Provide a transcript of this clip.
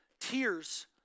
tears